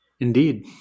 Indeed